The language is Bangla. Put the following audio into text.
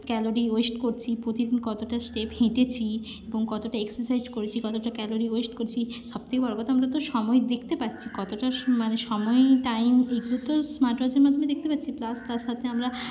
ক্যালোরি ওয়েস্ট করছি প্রতিদিন কতটা স্টেপ হেঁটেছি এবং কতটা এক্সাসাইজ করেছি কতটা ক্যালোরি ওয়েস্ট করেছি সব থেকে বড়ো কথা আমরা তো সময় দেখতে পারছি কতটা স মানে সময়ে টাইম এইগুলো তো স্মার্টওয়াচের মাধ্যমে দেখতে পাচ্ছি প্লাস তার সাথে আমরা